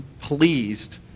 pleased